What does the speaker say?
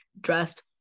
dressed